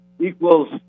equals